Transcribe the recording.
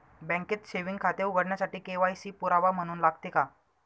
बँकेत सेविंग खाते उघडण्यासाठी के.वाय.सी पुरावा म्हणून लागते का?